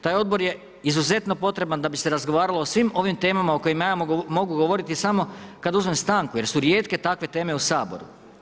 Taj odbor je izuzetno potreban da bi se razgovaralo o svim ovim temama o kojima ja mogu govoriti samo kada uzmem stanku jer su rijetke takve teme u Saboru.